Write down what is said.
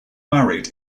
married